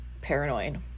paranoid